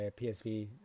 PSV